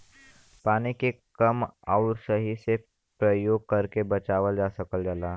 पानी के कम आउर सही से परयोग करके बचावल जा सकल जाला